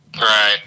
Right